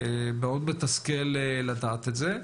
מאוד מתסכל לדעת את זה.